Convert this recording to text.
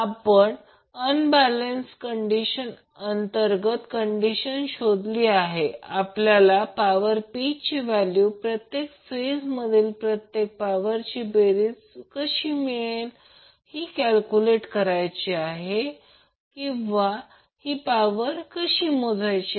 कारण आपण unbalance condition अंतर्गत कंडिशन शोधली आहे आपल्याला पॉवर P ची व्हॅल्यू प्रत्येक फेज मधील प्रत्येक पॉवरची बेरीज कशी मिळेल ही कॅल्क्युलेट कशी करायची किंवा ही पॉवर कशी मोजायची